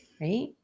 Right